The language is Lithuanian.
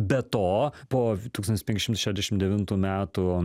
be to po tūkstantis penki šimtai šešiasdešim devintų metų